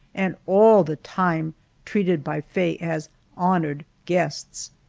and all the time treated by faye as honored guests!